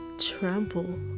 trample